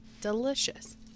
Delicious